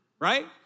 right